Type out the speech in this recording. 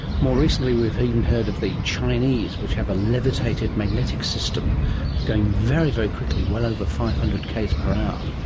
more recently we've even heard of the chinese which have a levitated magnetic system going very, very quickly, well over five hundred kilometres per hour.